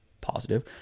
positive